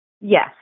Yes